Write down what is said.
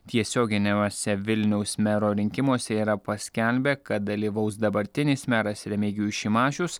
tiesioginiuose vilniaus mero rinkimuose yra paskelbę kad dalyvaus dabartinis meras remigijus šimašius